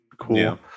Cool